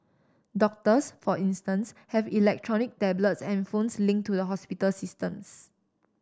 doctors for instance have electronic tablets and phones linked to the hospital systems